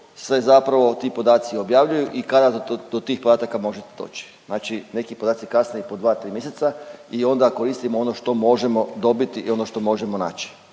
se zapravo ti podaci objavljuju i kada do tih podataka možete doći. Znači neki podaci kasne i po dva tri mjeseca i onda koristimo ono što možemo dobiti i ono što možemo naći.